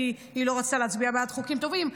כי היא לא רצתה להצביע בעד חוקים טובים.